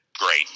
great